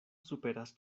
superas